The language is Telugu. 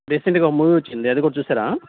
రీసెంట్గా ఒక మూవీ వచ్చింది అది కూడా చూశారా